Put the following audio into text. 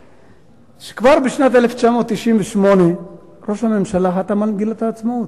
שכבר בשנת 1998 ראש הממשלה חתם על מגילת העצמאות.